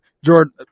Jordan